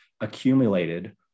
accumulated